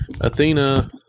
Athena